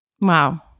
Wow